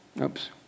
Oops